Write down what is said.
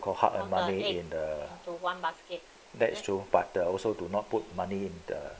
called hard earned money in the that's true but there are also do not put money in the